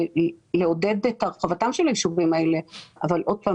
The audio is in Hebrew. ולעודד את הרחבתם של היישובים האלה אבל שוב,